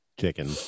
Chicken